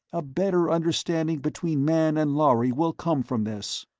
a better understanding between man and lhari will come from this.